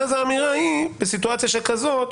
והאמירה בסיטואציה שכזאת,